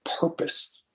purpose